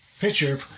picture